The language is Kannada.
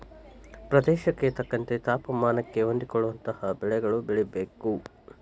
ಪ್ರದೇಶಕ್ಕೆ ತಕ್ಕಂತೆ ತಾಪಮಾನಕ್ಕೆ ಹೊಂದಿಕೊಳ್ಳುವ ಬೆಳೆಗಳು ಬೆಳೆಯಬೇಕು